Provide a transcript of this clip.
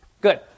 Good